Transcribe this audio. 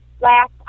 last